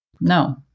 no